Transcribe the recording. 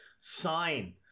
sign